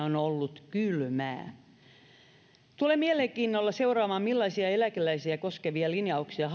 on ollut kylmää tulen mielenkiinnolla seuraamaan millaisia eläkeläisiä koskevia linjauksia